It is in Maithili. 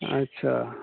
अच्छा